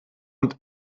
und